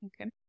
Okay